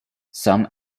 some